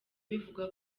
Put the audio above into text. bivugwa